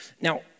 Now